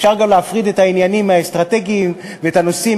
אפשר גם להפריד את העניינים מהאסטרטגיים ואת הנושאים